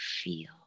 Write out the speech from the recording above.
feel